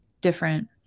different